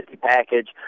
package